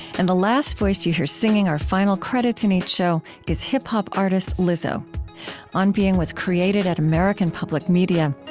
and the last voice that you hear singing our final credits in each show is hip-hop artist lizzo on being was created at american public media.